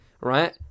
right